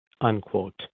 unquote